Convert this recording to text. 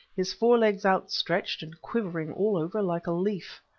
his fore-legs outstretched, and quivering all over like a leaf.